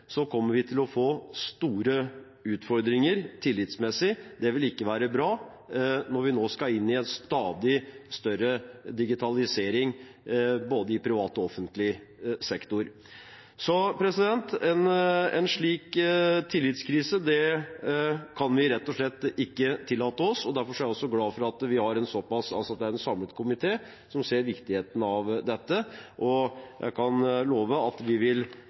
kommer vi til å få store utfordringer tillitsmessig. Det vil ikke være bra når vi nå skal inn i en stadig større digitalisering både i privat og offentlig sektor. En slik tillitskrise kan vi rett og slett ikke tillate oss. Derfor er jeg glad for at det er en samlet komité som ser viktigheten av dette, og jeg kan love at vi vil